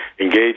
engage